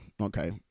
Okay